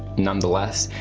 nonetheless,